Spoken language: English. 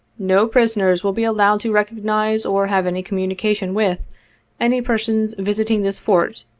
no prisoners will be allowed to recognize or have any communi cation with any persons visiting this fort,